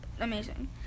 amazing